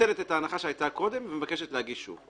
מבטלת את ההנחה שהייתה קודם ומבקשת להגיש שוב.